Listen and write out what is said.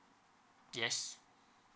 yes